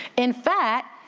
in fact,